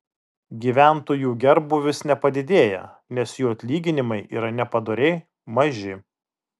gyventojų gerbūvis nepadidėja nes jų atlyginimai yra nepadoriai maži